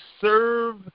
serve